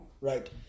Right